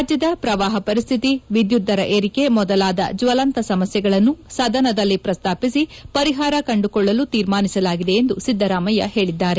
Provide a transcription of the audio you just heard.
ರಾಜ್ಯದ ಪ್ರವಾಹ ಪರಿಸ್ಥಿತಿ ವಿದ್ಯುತ್ ದರ ಏರಿಕೆ ಮೊದಲಾದ ಜ್ಲಲಂತ ಸಮಸ್ಯೆಗಳನ್ನು ಸದನದಲ್ಲಿ ಪ್ರಸ್ತಾಪಿಸಿ ಪರಿಹಾರ ಕಂಡುಕೊಳ್ಳಲು ತೀರ್ಮಾನಿಸಲಾಗಿದೆ ಎಂದು ಸಿದ್ದರಾಮಯ್ಯ ಹೇಳಿದ್ದಾರೆ